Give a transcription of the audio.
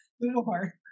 more